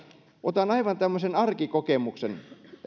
otan aivan tämmöisen arkikokemuksen esimerkiksi